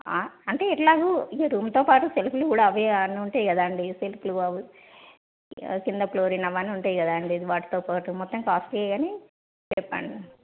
అంటే ఎట్లాగో ఇక రూమ్తో పాటు సెల్ఫ్లు కూడా అవి అన్నీ ఉంటాయి కదండి సెల్ఫ్లు ఇంకా కింద ఫ్లోరింగ్ అవన్నీ ఉంటాయి కదండి వాటితో పాటు మొత్తం కాస్ట్లీ కానీ చెప్పండి